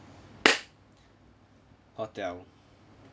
hotel